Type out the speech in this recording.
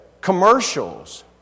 commercials